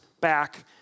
back